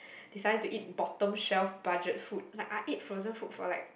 decided to eat bottom shelf budget food like I ate frozen food for like